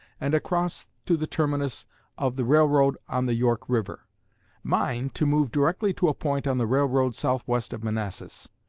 and across to the terminus of the railroad on the york river mine to move directly to a point on the railroad southwest of manassas.